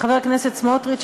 חבר הכנסת סמוטריץ,